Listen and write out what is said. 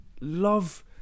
love